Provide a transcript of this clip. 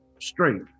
straight